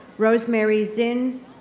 rosemary zins,